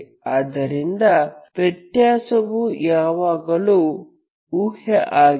ಆದ್ದರಿಂದ ವ್ಯತ್ಯಾಸವು ಯಾವಾಗಲೂ ಊಹ್ಯ ಆಗಿದೆ